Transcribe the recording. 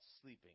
sleeping